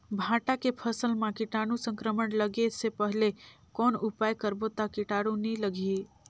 भांटा के फसल मां कीटाणु संक्रमण लगे से पहले कौन उपाय करबो ता कीटाणु नी लगही?